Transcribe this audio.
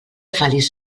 feliç